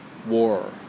war